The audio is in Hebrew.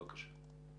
בבקשה.